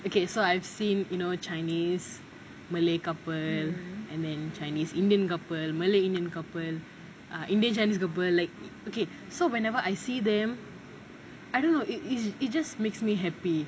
okay so I have seen you know chinese malay couples and then chinese indian couple malay indian couple indian chinese couple like okay so whenever I see them I don't know it it it's just makes me happy